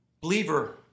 Believer